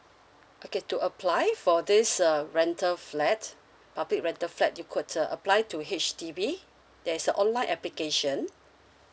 okay to apply for this uh rental flats public rental flat you could uh apply to H_D_B there's a online application